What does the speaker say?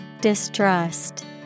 Distrust